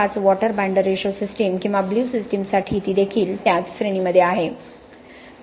5 water binder ratio system किंवा blue सिस्टमसाठी ती देखील त्याच श्रेणीमध्ये आहे